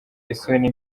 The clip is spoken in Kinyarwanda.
isoni